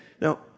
Now